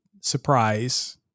surprise